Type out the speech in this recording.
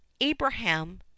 Abraham